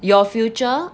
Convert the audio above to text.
your future